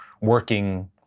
working